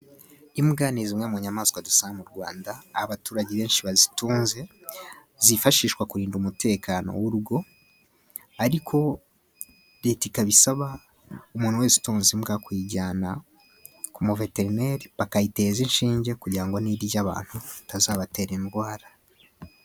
Imbwa ni zimwe mu nyamaswa dusanga mu Rwanda, abaturage benshi bazitunze zifashishwa kurinda umutekano w'urugo ariko Leta ikabisaba umuntu wese utunze imbwa kuyijyana ku mu veterineri bakayiteza inshinge kugira ngo nirya abantu itazabatera indwara.